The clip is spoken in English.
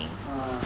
uh